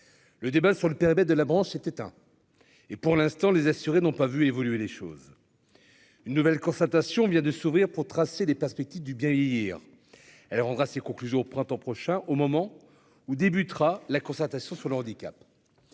le débat sur le périmètre de la branche, hein, et pour l'instant, les assurés n'ont pas vu évoluer les choses, une nouvelle concertation vient de s'ouvrir pour tracer les perspectives du bien vieillir, elle rendra ses conclusions au printemps prochain, au moment où débutera la concertation sur le handicap,